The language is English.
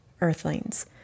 Earthlings